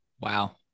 Wow